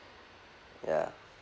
ya